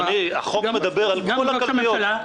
אדוני, החוק מדבר על כל הקלפיות.